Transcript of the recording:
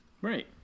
Right